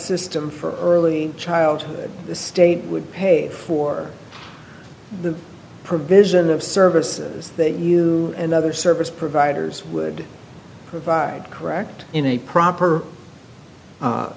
system for early childhood the state would pay for the provision of services that you and other service providers would provide correct in a proper